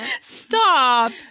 Stop